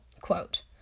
quote